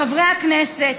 חברי הכנסת,